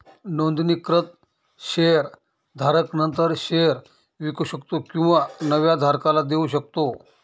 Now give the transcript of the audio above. नोंदणीकृत शेअर धारक नंतर शेअर विकू शकतो किंवा नव्या धारकाला देऊ शकतो